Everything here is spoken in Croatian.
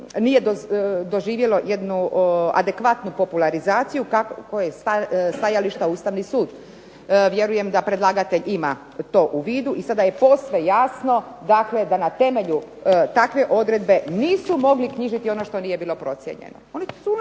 nije doživjelo jednu adekvatnu popularizaciju kakvog je stajališta Ustavni sud. Vjerujem da predlagatelj ima to u vidu i sada je posve jasno da na temelju takve odredbe nisu mogli knjižiti ono što nije bilo procijenjeno.